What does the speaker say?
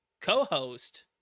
co-host